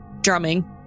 drumming